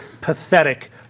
pathetic